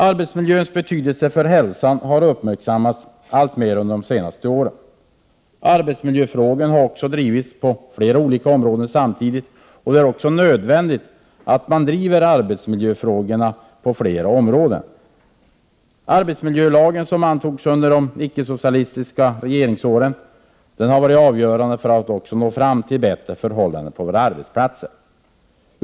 Arbetsmiljöns betydelse för hälsan har uppmärksammats alltmer under de senaste åren. Arbetsmiljöfrågor har också drivits på flera områden samtidigt, vilket är nödvändigt. Arbetsmiljölagen, som antogs under de icke-socialistiska regeringsåren, har varit avgörande för att nå fram till bättre förhållanden på våra arbetsplatser.